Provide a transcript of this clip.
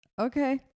Okay